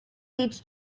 aged